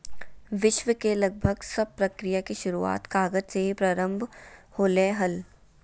विश्व के लगभग सब प्रक्रिया के शुरूआत कागज से ही प्रारम्भ होलय हल